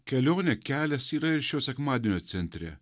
kelionė kelias yra ir šio sekmadienio centre